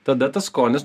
tada tas skonis